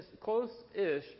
close-ish